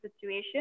situation